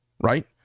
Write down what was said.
right